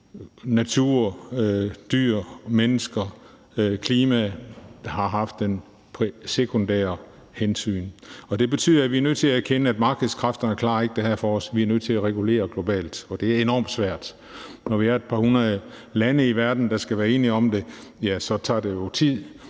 natur, dyr, mennesker og klima været noget sekundært. Og det betyder, at vi er nødt til at erkende, at markedskræfterne ikke klarer det her for os; vi er nødt til at regulere globalt, og det er enormt svært. Når vi er et par hundrede lande i verden, der skal være enige om det, ja, så tager det jo tid,